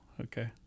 Okay